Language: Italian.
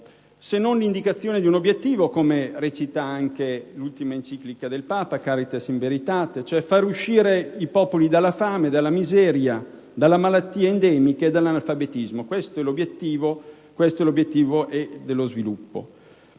se non l'indicazione di un obiettivo, come recita anche l'ultima enciclica del Papa, «*Caritas in veritate*»", cioè far uscire i popoli dalla fame, dalla miseria, delle malattie endemiche e dall'analfabetismo? Questo è il vero obiettivo dello sviluppo.